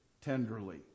tenderly